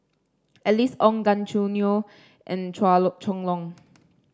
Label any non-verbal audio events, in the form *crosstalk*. Alice Ong Gan Choo Neo and Chua *unintelligible* Chong Long